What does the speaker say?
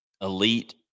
elite